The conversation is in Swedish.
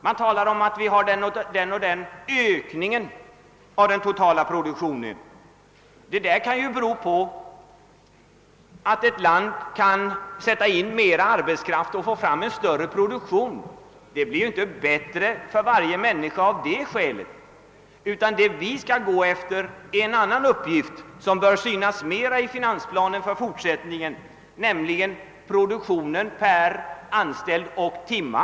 Det talas om att vi eller något annat land har den och den ökningen av den totala produktionen. Ökningen kan ju bero på att ett land kan sätta in mera arbetskraft och därigenom åstadkomma större produktion. Det blir emellertid inte bättre för varje människa av det skälet. Vi skall gå efter någonting annat, och det bör synas mera i finansplanen i fortsättningen, nämligen produktionen per anställd och timme.